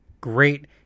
great